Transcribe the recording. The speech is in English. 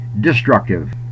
destructive